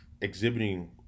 exhibiting